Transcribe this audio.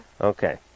Okay